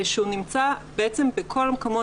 שהוא נמצא בכל המקומות,